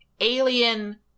alien